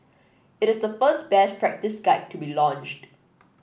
it is the first best practice guide to be launched